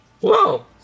Whoa